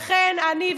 לכן אני,